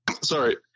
Sorry